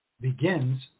begins